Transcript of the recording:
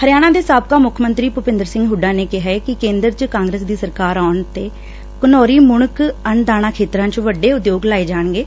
ਹਰਿਆਣਾ ਦੇ ਸਾਬਕਾ ਮੁੱਖ ਮੰਤਰੀ ਭੁਪਿੰਦਰ ਸਿੰਘ ਹੁੱਡਾ ਨੇ ਕਿਹਾ ਕਿ ਕੇਂਦਰ ਚ ਕਾਂਗਰਸ ਦੀ ਸਰਕਾਰ ਆਉਣ ਤੇ ਘਨੌਰੀ ਮੁਣਕ ਅਣਦਾਣਾ ਖੇਤਰਾਂ ਚ ਵੱਡੇ ਉਦਯੋਗ ਲਾਏ ਜਾਣਗੇ